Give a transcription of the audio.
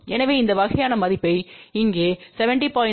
எனவே இந்த வகையான மதிப்பை இங்கே 70